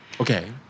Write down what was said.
Okay